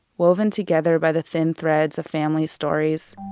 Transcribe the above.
woven together by the thin threads of family stories,